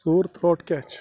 سور تھرٛوٹ کیٛاہ چھِ